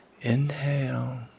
Inhale